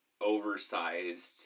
oversized